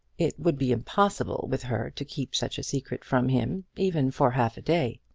it would be impossible with her to keep such a secret from him, even for half a day.